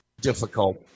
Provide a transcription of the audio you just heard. difficult